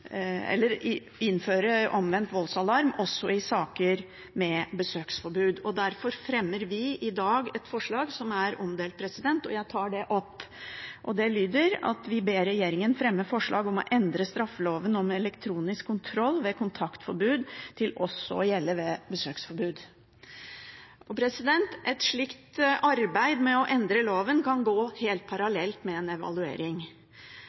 forslag som er omdelt i salen, og jeg tar det opp. Det lyder: «Stortinget ber regjeringen fremme forslag om å endre straffeloven om elektronisk kontroll ved kontaktforbud til å gjelde også ved besøksforbud.» Et slikt arbeid med å endre loven kan gå helt parallelt med en evaluering.